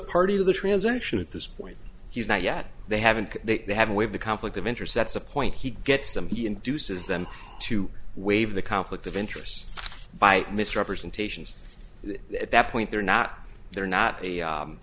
party to the transaction at this point he's not yet they haven't they haven't waive the conflict of interest that's a point he gets them he induces them to waive the conflict of interest by misrepresentations at that point they're not they're